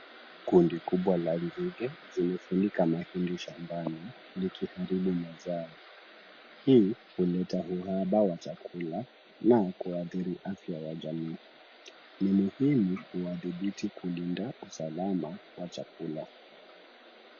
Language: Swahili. Kundi kubwa la nzige. Zimefunika mahindi shambani likiharibu mazao. Hii huleta uhaba wa chakula na kuathiri afya ya jamii. Ni muhimu kuwadhibiti kulinda usalama wa chakula.